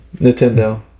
Nintendo